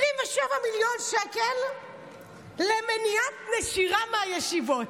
27 מיליון שקל למניעת נשירה מהישיבות.